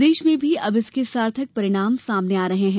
प्रदेश में भी अब इसके सार्थक परिणाम सामने आ रहे है